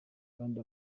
kandi